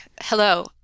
Hello